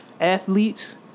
athletes